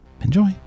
Enjoy